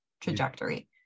trajectory